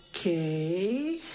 okay